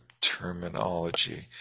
terminology